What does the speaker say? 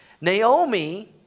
Naomi